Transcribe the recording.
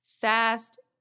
fast